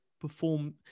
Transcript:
perform